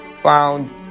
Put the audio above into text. found